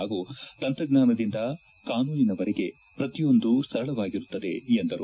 ಹಾಗೂ ತಂತ್ರಜ್ಞಾನದಿಂದ ಕಾನೂನಿನವರೆಗೆ ಪ್ರತಿಯೊಂದು ಸರಳವಾಗಿರುತ್ತದೆ ಎಂದರು